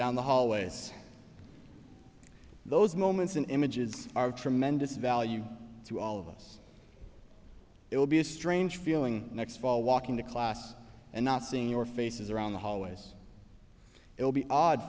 down the hallway as those moments and images are of tremendous value to all of us it will be a strange feeling next fall walking to class and not seeing your faces around the hallways it will be odd